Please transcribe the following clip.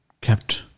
kept